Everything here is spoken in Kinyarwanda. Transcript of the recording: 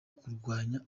kurwanya